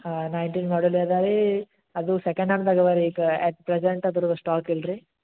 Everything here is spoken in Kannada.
ಹಾಂ ನೈನ್ಟೀನ್ ಮಾಡಲೇ ಇದೆ ರೀ ಅದು ಸೆಕೆಂಡ್ ಹ್ಯಾಂಡ್ದಾಗೆ ಇವೆ ರೀ ಈಗ ಎಟ್ ಪ್ರೆಸೆಂಟ್ ಅದ್ರದ್ದು ಸ್ಟಾಕ್ ಇಲ್ಲ ರೀ